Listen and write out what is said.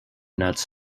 nets